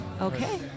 Okay